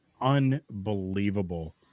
Unbelievable